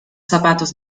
zapatos